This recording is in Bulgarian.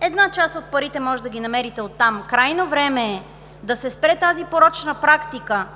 една част от парите можете да ги намерите оттам – крайно време е да се спре тази порочна практика